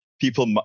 people